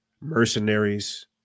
mercenaries